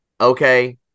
okay